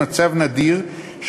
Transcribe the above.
מצב נדיר בכנסת.